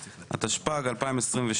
התשפ"ג-2022,